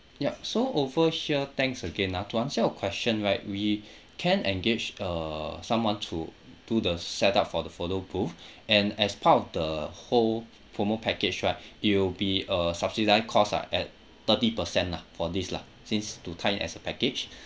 yup so over here thanks again ah to answer your question right we can engage uh someone to do the set up for the photo booth and as part of the whole promo package right it'll be a subsidised cost ah at thirty percent lah for this lah since to tie in as a package